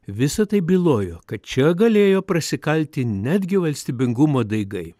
visa tai bylojo kad čia galėjo prasikalti netgi valstybingumo daigai